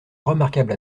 remarquable